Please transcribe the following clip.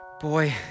Boy